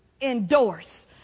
endorse